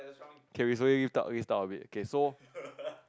can we slowly use up use up a bit so